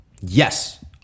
Yes